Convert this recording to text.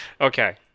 Okay